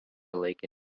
laikė